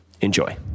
Enjoy